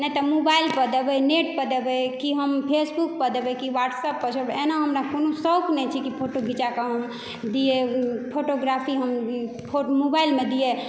नै तऽ मोबाइल पर देबै नेट पर देबै की हम फेसबुक पर देबै की व्हाट्सअप पर देबै एना हमरा कोनो शौक नहि छै कि फोटो घिचाके हम दिए फोटोग्राफी हम फो मोबाइलमे दिए